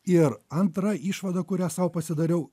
ir antra išvada kurią sau pasidariau